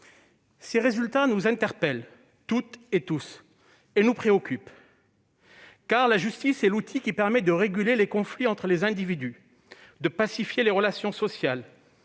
Ces résultats nous interpellent toutes et tous, et nous préoccupent, car la justice est l'outil qui permet de réguler les conflits entre les individus et de pacifier les relations sociales.